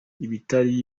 ibitari